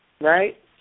right